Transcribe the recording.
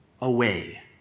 away